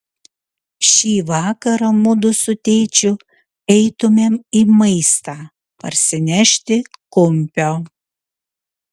šį vakarą mudu su tėčiu eitumėm į maistą parsinešti kumpio